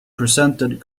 presented